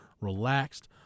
relaxed